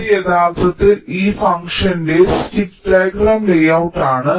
ഇത് യഥാർത്ഥത്തിൽ ഈ ഫംഗ്ഷന്റെ സ്റ്റിക്ക് ഡയഗ്രം ലേഔട്ട് ആണ്